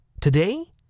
Today